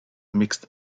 mixed